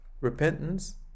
repentance